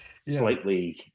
slightly